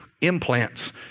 implants